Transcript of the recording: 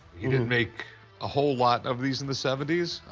he didn't make a whole lot of these in the seventy s.